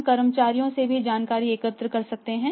हम कर्मचारियों से भी जानकारी एकत्र कर सकते हैं